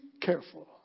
careful